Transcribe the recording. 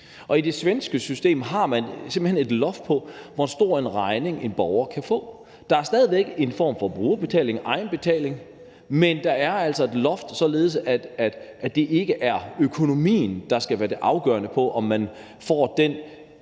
I det svenske system har man simpelt hen et loft over, hvor stor en regning en borger kan få. Der er stadig en form for brugerbetaling, altså en egenbetaling, men der er altså et loft, således at det ikke er økonomien, der skal være det afgørende for, om man får den